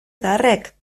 zaharrek